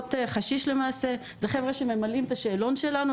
עוגות חשיש וחבר'ה שממלאים את השאלון שלנו,